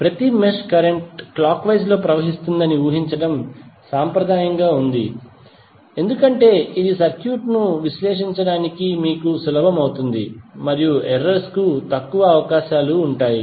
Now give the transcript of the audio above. ప్రతి mesh current clockwise లో ప్రవహిస్తుందని ఊహించడం సంప్రదాయంగా ఉంది ఎందుకంటే ఇది సర్క్యూట్ ను విశ్లేషించడం మీకు సులభం అవుతుంది మరియు ఎర్రర్స్ కు తక్కువ అవకాశాలు ఉంటాయి